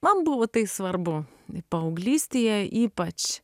man buvo tai svarbu paauglystėje ypač